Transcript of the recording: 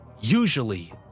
Usually